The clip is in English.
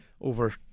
over